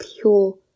pure